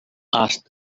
asked